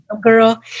girl